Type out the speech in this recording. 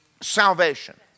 salvation